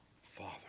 Father